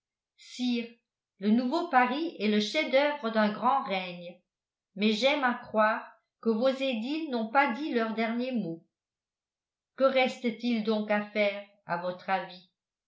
sire le nouveau paris est le chef-d'oeuvre d'un grand règne mais j'aime à croire que vos édiles n'ont pas dit leur dernier mot que reste-t-il donc à faire à votre avis